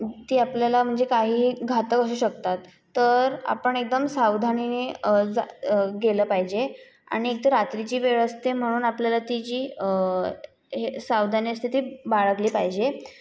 ती आपल्याला म्हणजे काहीही घातक असू शकतात तर आपण एकदम सावधानीने जा गेलं पाहिजे आणि एक तर रात्रीची वेळ असते म्हणून आपल्याला ती जी हे सावधानी असते ती बाळगली पाहिजे